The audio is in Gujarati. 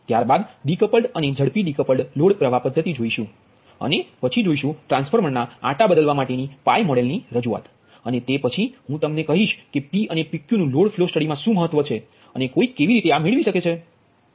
ત્યારબાદ ડીકોપ્લડ અને ઝડપી ડીકોપ્લડ લોડ પ્રવાહ પદ્ધતિ જોઇશુ અને પછી જોઇશુ ટ્રાન્સફોર્મર ના આંટા બદલવા માટેની પાઇ મોડેલની રજૂઆત અને તે પછી હું તમને કહીશ કે P અને PQ નુ લોડ ફ્લો સ્ટડીમાં મહત્વ શુ છે અને કોઈ કેવી રીતે આ કરી શકે છે